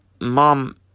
Mom